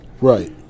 Right